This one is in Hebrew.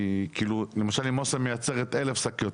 למשל אם אוסם מייצרת 1000 שקיות,